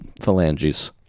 phalanges